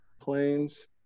planes